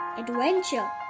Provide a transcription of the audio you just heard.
adventure